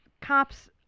cops